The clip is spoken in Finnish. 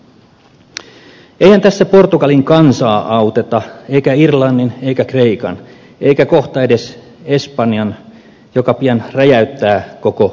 eihän tässä portugalin kansaa auteta eikä irlannin eikä kreikan eikä kohta edes espanjan joka pian räjäyttää koko potin